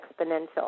exponential